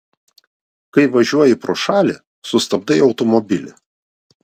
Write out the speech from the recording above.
kai važiuoji pro šalį sustabdai automobilį